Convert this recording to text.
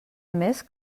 més